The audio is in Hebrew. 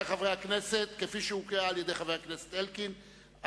כפי שהוקראה על-ידי חבר הכנסת אלקין,